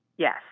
Yes